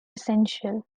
essential